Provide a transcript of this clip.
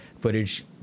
footage